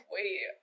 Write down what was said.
Wait